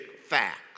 facts